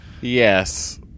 Yes